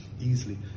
easily